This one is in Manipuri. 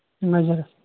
ꯅꯨꯡꯉꯥꯏꯖꯔꯦ